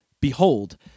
Behold